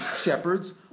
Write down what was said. shepherds